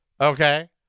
Okay